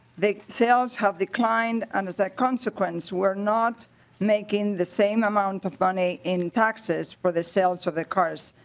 the sales have declined and as a consequence were not making the same amount of money in taxes for the sales of the cars.